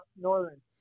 Northern